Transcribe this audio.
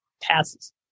passes